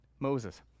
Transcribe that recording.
Moses